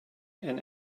and